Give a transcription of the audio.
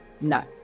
no